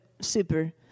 super